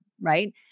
Right